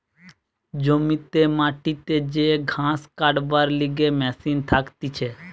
জমিতে মাটিতে যে ঘাস কাটবার লিগে মেশিন থাকতিছে